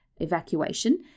evacuation